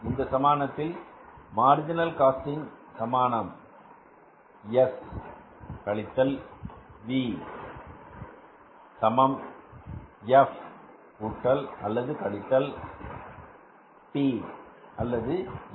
இந்த சமாதானத்தில் marginal costing சமானம் எஸ் கழித்தல் வி சமம் எஃப் கூட்டல் அல்லது கழித்தல் பி அல்லது எல்